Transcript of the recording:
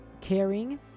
caring